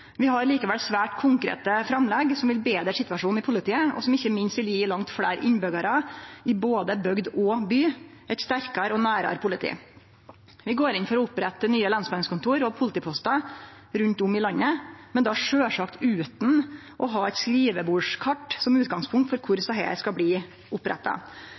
Vi har likevel svært konkrete framlegg som vil betre situasjonen i politiet, og som ikkje minst vil gi langt fleire innbyggjarar i både bygd og by eit sterkare og nærare politi. Vi går inn for å opprette nye lensmannskontor og politipostar rundt om i landet, men då sjølvsagt utan å ha eit skrivebordskart som utgangspunkt for kvar desse skal bli oppretta.